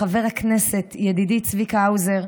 לחבר הכנסת צביקה האוזר,